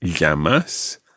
llamas